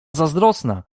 zazdrosna